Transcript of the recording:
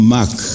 Mark